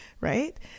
Right